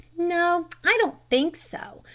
no, i don't think so.